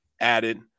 added